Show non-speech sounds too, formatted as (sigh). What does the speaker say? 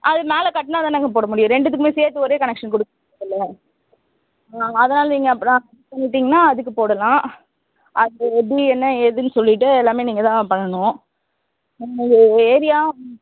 அது மேலே கட்டினாதானங்க போட முடியும் ரெண்டுத்துக்குமே சேர்த்து ஒரே கனெக்ஷன் கொடுக்க சொல்லவா அதனால் நீங்கள் அப்புறோம் (unintelligible) பண்ணிட்டீங்கன்னால் அதுக்கு போடலாம் அது எப்படி என்ன ஏதுன்னு சொல்லிட்டு எல்லாமே நீங்கள்தான் பண்ணணும் உங்களது ஏரியா